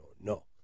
no